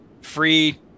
free